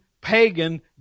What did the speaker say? pagan